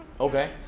Okay